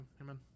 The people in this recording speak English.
Amen